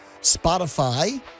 Spotify